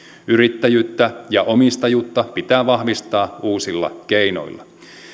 yrittäjyyttä ja omistajuutta pitää vahvistaa uusilla keinoilla